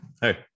Hey